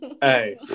Hey